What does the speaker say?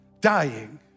dying